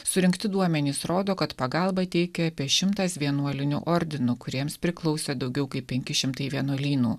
surinkti duomenys rodo kad pagalbą teikė apie šimtas vienuolinių ordinų kuriems priklausė daugiau kaip penki šimtai vienuolynų